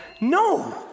No